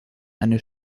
eine